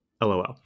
LOL